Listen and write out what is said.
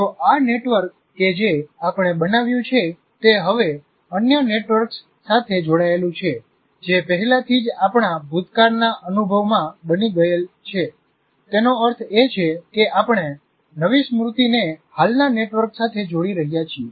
જો આ નેટવર્ક કે જે આપણે બનાવ્યું છે તે હવે અન્ય નેટવર્ક્સ સાથે જોડાયેલું છે જે પહેલાથી જ આપણા ભૂતકાળના અનુભવમાં બની ગયેલ છે તેનો અર્થ એ છે કે આપણે નવી સ્મૃતિ ને હાલના નેટવર્ક સાથે જોડી રહ્યા છીએ